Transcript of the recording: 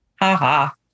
ha-ha